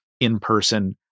in-person